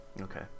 Okay